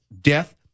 death